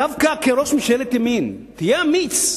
דווקא כראש ממשלת ימין תהיה אמיץ.